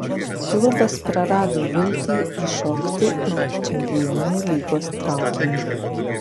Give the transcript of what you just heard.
klubas prarado viltį įšokti į čempionų lygos traukinį